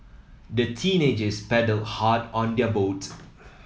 the teenagers paddled hard on their boat